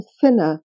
thinner